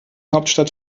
hauptstadt